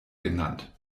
genannt